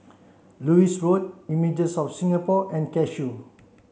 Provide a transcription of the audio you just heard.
Lewis Road Images of Singapore and Cashew